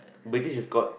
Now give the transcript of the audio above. British is court